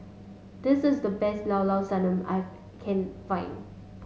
this is the best Llao Llao Sanum I can find